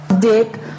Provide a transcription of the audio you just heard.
Dick